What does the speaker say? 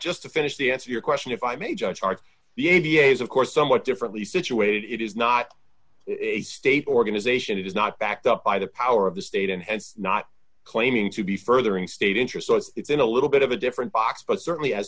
just to finish the answer your question if i may judge are the aviators of course somewhat differently situated it is not a state organization it is not backed up by the power of the state and not claiming to be furthering state interest so it's in a little bit of a different box but certainly as